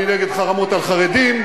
אני נגד חרמות על חרדים,